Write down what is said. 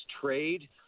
trade